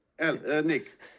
Nick